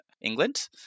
England